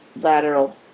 lateral